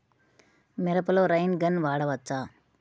మిరపలో rain gun వాడవచ్చా?